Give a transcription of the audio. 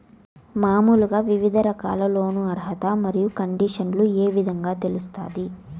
మామూలుగా వివిధ రకాల లోను అర్హత మరియు కండిషన్లు ఏ విధంగా తెలుస్తాది?